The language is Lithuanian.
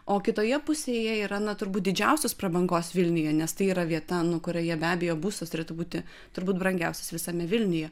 o kitoje pusėje yra na turbūt didžiausios prabangos vilniuje nes tai yra vieta kurioje be abejo būstas turėtų būti turbūt brangiausias visame vilniuje